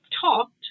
talked